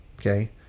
okay